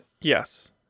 Yes